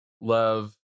love